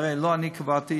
הרי לא אני קבעתי,